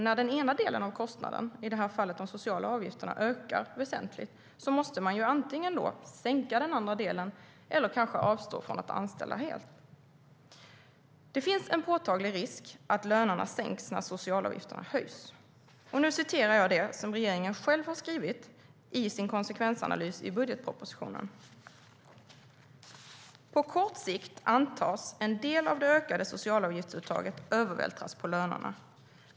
När den ena delen av kostnaden, i det här fallet de sociala avgifterna, ökar ordentligt måste man antingen sänka den andra delen eller kanske helt avstå från att anställa. Det finns en påtaglig risk att lönerna sänks när socialavgifterna höjs. Nu citerar jag det som regeringen själv har skrivit i sin konsekvensanalys i budgetpropositionen: "På kort sikt antas en del av det ökade socialavgiftsuttaget övervältras på lönerna.